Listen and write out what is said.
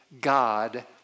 God